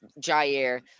Jair